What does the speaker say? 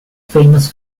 famous